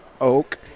oak